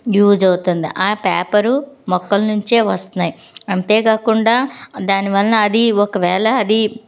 use అవుతుంది ఆ paper మొక్కల నుంచే వస్తున్నాయి అంతేకాకుండా దానివలన అది ఒకవేళ అదీ